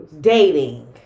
Dating